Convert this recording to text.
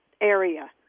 area